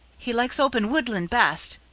he likes open woodland best,